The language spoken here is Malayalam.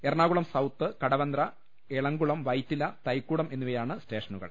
എറണാകുളം സൌത്ത് കടവന്തറ എളംകുളം വൈറ്റിലതൈക്കൂടം എന്നിവ യാണ് സ്റ്റേഷനുകൾ